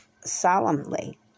solemnly